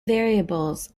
variables